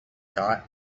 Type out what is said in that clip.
thought